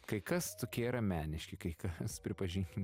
kai kas tokie yra meniški kai kas pripažinkim